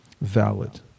valid